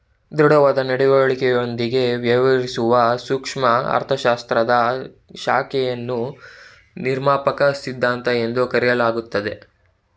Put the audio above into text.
ದೃಢವಾದ ನಡವಳಿಕೆಯೊಂದಿಗೆ ವ್ಯವಹರಿಸುವ ಸೂಕ್ಷ್ಮ ಅರ್ಥಶಾಸ್ತ್ರದ ಶಾಖೆಯನ್ನು ನಿರ್ಮಾಪಕ ಸಿದ್ಧಾಂತ ಎಂದು ಕರೆಯಲಾಗುತ್ತದೆ